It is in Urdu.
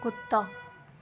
کتا